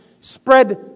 spread